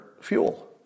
fuel